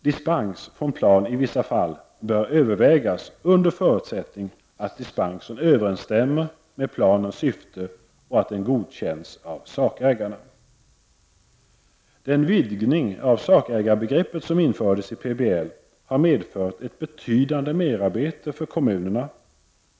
Dispens från plan i vissa fall bör övervägas under förutsättning att dispensen överensstämmer med planens syfte och att den godkänns av sakägarna. Den vidgning av sakägarbegreppet som infördes i PBL har medfört ett betydande merarbete för kommunerna.